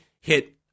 hit